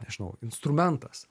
nežinau instrumentas